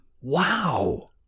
Wow